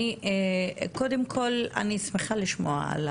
אני חייבת להגיד שעברנו כברת דרך מחופש אקדמי לעבודה אינטנסיבית.